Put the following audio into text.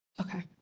Okay